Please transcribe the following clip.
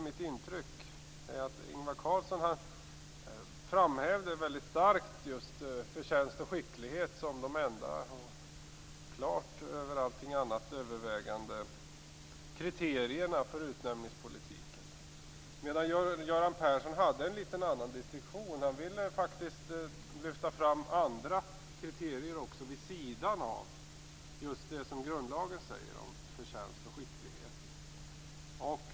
Mitt intryck är att Ingvar Carlsson framhävde starkt förtjänst och skicklighet som de enda klart övervägande kriterierna för utnämningspolitiken. Men Göran Persson hade en något annorlunda distinktion. Han ville lyfta fram andra kriterier vid sidan av det som grundlagen säger om förtjänst och skicklighet.